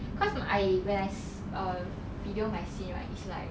cause my when I err video my scene right is like